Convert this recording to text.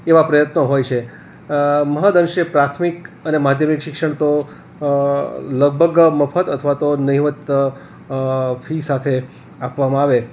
એવા પ્રયત્નો હોય છે મહદ અંશે પ્રાથમિક અને માધ્યમિક શિક્ષણ તો લગભગ મફત અથવા તો નહિવત ફી સાથે આપવામાં આવે